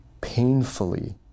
painfully